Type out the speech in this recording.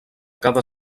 cada